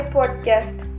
Podcast